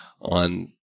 on